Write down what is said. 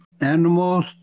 animals